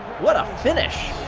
what a finish!